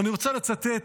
ואני רוצה לצטט,